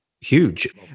huge